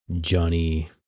Johnny